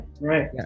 right